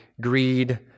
greed